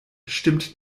stimmt